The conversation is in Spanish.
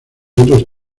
otros